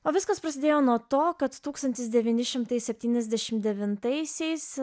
o viskas prasidėjo nuo to kad tūkstentis devyni šimtai septyniasdešimt devintaisiais